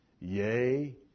Yea